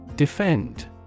Defend